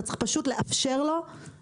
אתה צריך לאפשר לו להקים